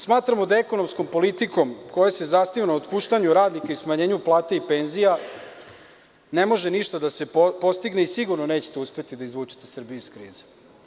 Smatramo da ekonomskom politikom, koja se zasniva na otpuštanju radnika i smanjenju plata i penzija ne može ništa da se postigne i sigurno nećete uspeti da izvučete Srbiju iz krize.